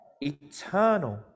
eternal